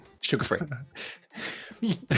sugar-free